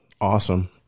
Awesome